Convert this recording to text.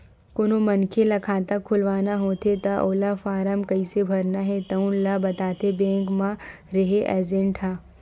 कोनो मनखे ल खाता खोलवाना होथे त ओला फारम कइसे भरना हे तउन ल बताथे बेंक म रेहे एजेंट ह